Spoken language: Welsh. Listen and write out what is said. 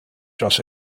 dros